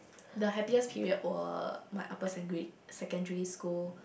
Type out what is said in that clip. the happiest period was my upper secondary secondary school